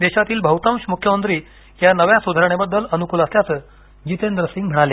देशातील बहुतांश मुख्यमंत्री या नव्या सुधारणेबबद्दल अनुकूल असल्याचं जितेंद्र सिंग म्हणाले